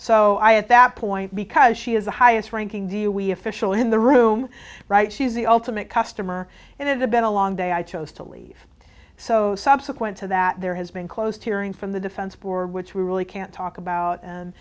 so i at that point because she is the highest ranking do we official in the room right she's the ultimate customer and is a been a long day i chose to leave so subsequent to that there has been closed hearing from the defense board which we really can't talk about and